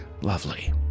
Lovely